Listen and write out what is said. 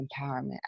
empowerment